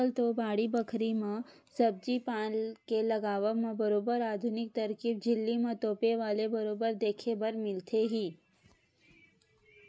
आजकल तो बाड़ी बखरी म सब्जी पान के लगावब म बरोबर आधुनिक तरकीब झिल्ली म तोपे वाले बरोबर देखे बर मिलथे ही